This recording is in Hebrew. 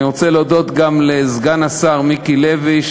אני רוצה להודות גם לסגן השר מיקי לוי,